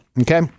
Okay